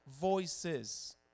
voices